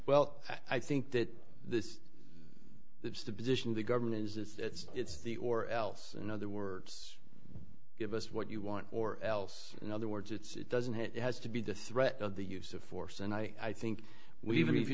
well i think that this that's the position of the government is it's the or else in other words give us what you want or else in other words it's it doesn't it has to be the threat of the use of force and i think we even if you